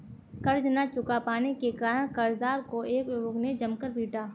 कर्ज ना चुका पाने के कारण, कर्जदार को एक युवक ने जमकर पीटा